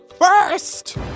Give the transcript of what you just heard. First